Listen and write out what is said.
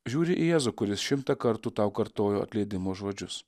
žiūri į jėzų kuris šimtą kartų tau kartojo atleidimo žodžius